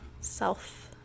self